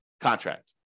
contract